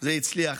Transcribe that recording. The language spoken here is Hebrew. זה הצליח.